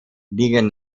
liegen